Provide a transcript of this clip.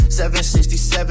767